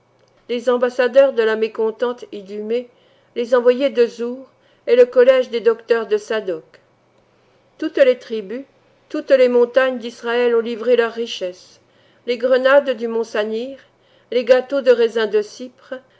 les ambassadeurs de la mécontente idumée les envoyés de zour et le collège des docteurs de saddoc toutes les tribus toutes les montagnes d'israël ont livré leurs richesses les grenades du mont sanir les gâteaux de raisins de cypre